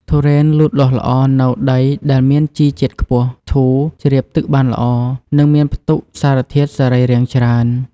ទុរេនលូតលាស់ល្អនៅដីដែលមានជីជាតិខ្ពស់ ធូរ ជ្រាបទឹកបានល្អ និងមានផ្ទុកសារធាតុសរីរាង្គច្រើន។